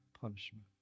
punishment